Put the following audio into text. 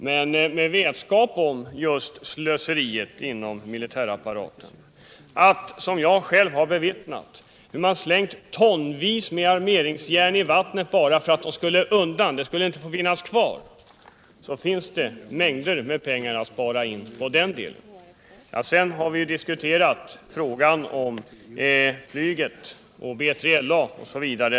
Men med vetskapen om just slöseriet inom militärapparaten — jag har själv bevittnat hur tonvis med armeringsjärn slängts i vattnet bara därför att de inte skulle få finnas kvar — kan man konstatera att det finns massor med pengar att spara in på den här delen. Vi har diskuterat frågan om flyg och B3LA osv.